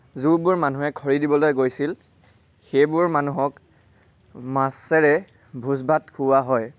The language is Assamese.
যিবোৰ মানুহে খৰি দিবলৈ গৈছিল সেইবোৰ মানুহক মাছেৰে ভোজ ভাত খুওৱা হয়